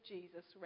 Jesus